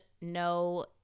no